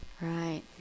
right